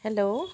hello